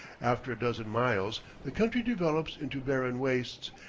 after a dozen miles the country develops into barren wastes,